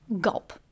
gulp